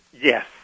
Yes